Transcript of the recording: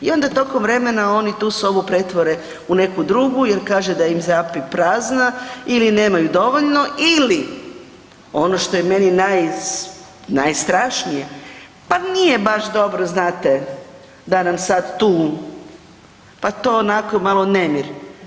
I onda tokom vremena oni tu sobu pretvore u neku drugu jer kaže da im zjapi prazna ili nemaju dovoljno ili ono što je meni najstrašnije pa nije baš dobro znate da nam sad tu, pa to onako malo nemir.